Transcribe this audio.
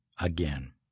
again